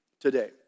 today